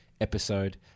episode